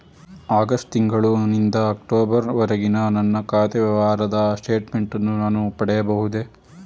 August ತಿಂಗಳು ನಿಂದ October ವರೆಗಿನ ನನ್ನ ಖಾತೆ ವ್ಯವಹಾರದ ಸ್ಟೇಟ್ಮೆಂಟನ್ನು ನಾನು ಪಡೆಯಬಹುದೇ?